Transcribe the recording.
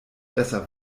besser